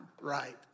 right